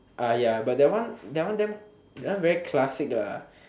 ya but that one that one damn that one very classic lah